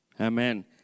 Amen